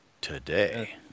today